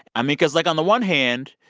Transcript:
i mean cause, like, on the one hand,